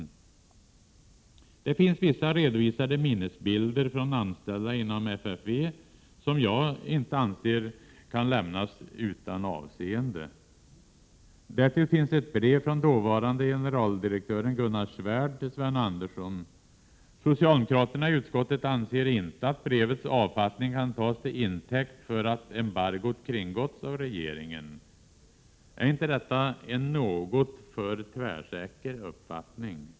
Mo Det finns vissa redovisade minnesbilder från anställda inom FFV som jag anser inte kan lämnas utan avseende. Därtill finns ett brev från dåvarande generaldirektören Gunnar Svärd till Sven Andersson. Socialdemokraternai Krigsmaterielexport utskottet anser inte att brevets avfattning kan tas till intäkt för att embargot kringgåtts av regeringen. Är inte detta en något för tvärsäker uppfattning?